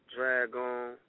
Dragon